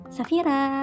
Safira